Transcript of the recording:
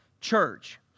church